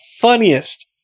funniest